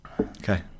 Okay